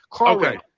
okay